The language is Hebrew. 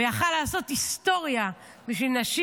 ויכול היה לעשות היסטוריה בשביל נשים